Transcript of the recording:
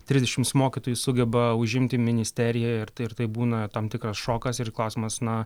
trisdešims mokytojų sugeba užimti ministeriją ir tai ir tai būna tam tikras šokas ir klausimas na